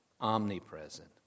Omnipresent